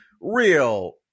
real